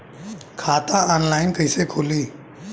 खाता ऑनलाइन कइसे खुली?